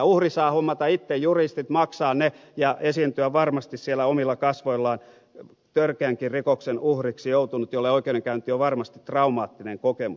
uhri saa hommata itse juristit maksaa ne ja esiintyä varmasti siellä omilla kasvoillaan törkeänkin rikoksen uhriksi joutunut jolle oikeudenkäynti on varmasti traumaattinen kokemus